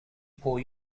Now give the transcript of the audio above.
poor